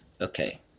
Okay